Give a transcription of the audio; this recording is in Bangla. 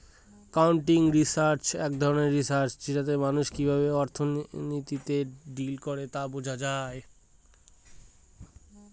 একাউন্টিং রিসার্চ এক ধরনের রিসার্চ যেটাতে মানুষ কিভাবে অর্থনীতিতে ডিল করে তা বোঝা যায়